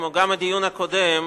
כמו הדיון הקודם,